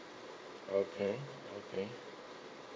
okay okay